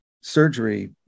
surgery